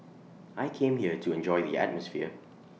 I came here to enjoy the atmosphere